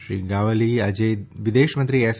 શ્રી ગ્વાવલી આજે વિદેશમંત્રી એસ